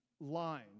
Line